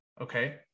Okay